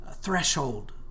threshold